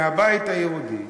מהבית היהודי,